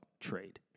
trade